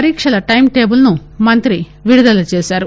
పరీక్షల టైంటేబుల్ను మంత్రి విడుదల చేశారు